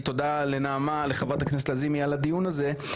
תודה לנעמה לחברת הכנסת לזימי על הדיון הזה,